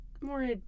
more